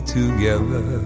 together